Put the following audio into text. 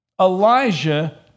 Elijah